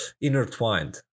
intertwined